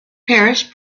parish